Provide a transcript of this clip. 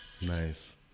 Nice